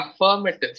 affirmative